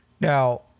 Now